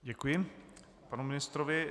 Děkuji panu ministrovi.